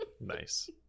nice